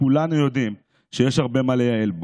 שכולנו יודעים שיש הרבה מה לייעל בו.